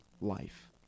life